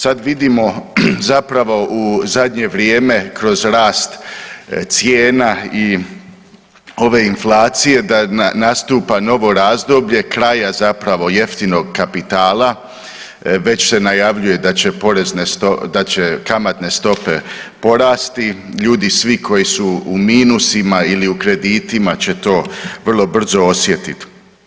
Sad vidimo zapravo u zadnje vrijeme kroz rast cijena i ove inflacije da nastupa novo razdoblje kraja zapravo jeftinog kapitala, već se najavljuje da će kamatne stope porasti, ljudi svi koji su u minusima ili u kreditima će to vrlo brzo osjetit.